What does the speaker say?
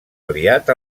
aliat